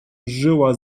żyła